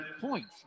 Points